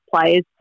players